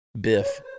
Biff